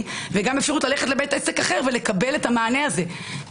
וגם אפשרות ללכת לבית עסק אחר ולקבל את המענה הזה.